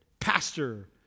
pastor